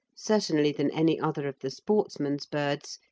certainly than any other of the sportsman's birds,